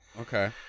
Okay